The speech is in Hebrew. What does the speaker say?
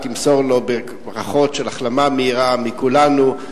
מסור לו ברכות של החלמה מהירה מכולנו.